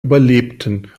überlebten